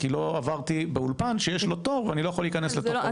כי לא עברתי באולפן שיש לו תור ואני לא יכול להיכנס לתוך האולפן.